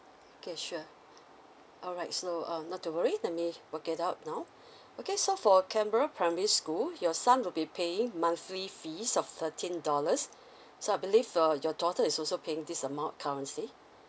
okay sure alright so um not to worry let me work it out now okay so for canberra primary school your son will to be paying monthly fees of thirteen dollars so I believe uh your daughter is also playing this amount currently